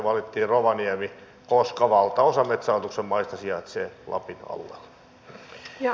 valittiin rovaniemi koska valtaosa metsähallituksen maista sijaitsee lapin alueella